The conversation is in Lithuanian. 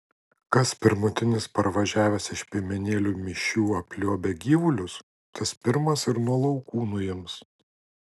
kas pirmutinis parvažiavęs iš piemenėlių mišių apliuobia gyvulius tas pirmas ir nuo laukų nuims